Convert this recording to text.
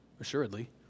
assuredly